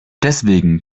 deswegen